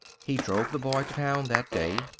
he drove the boy to town that day.